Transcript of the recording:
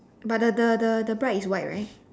but the the the the bride is white right